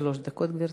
שלוש דקות, גברתי.